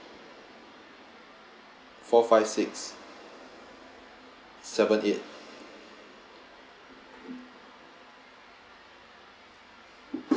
four five six seven eight